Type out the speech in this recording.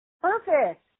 Perfect